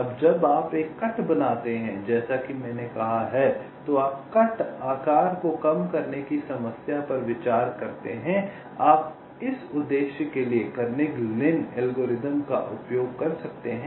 अब जब आप एक कट बनाते हैं जैसा कि मैंने कहा है तो आप कट आकार को कम करने की समस्या पर विचार करते हैं आप इस उद्देश्य के लिए कर्निघन लिन एल्गोरिथ्म का उपयोग कर सकते हैं